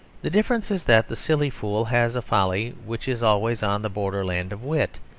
the difference is that the silly fool has a folly which is always on the borderland of wit,